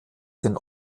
den